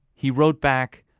he wrote back,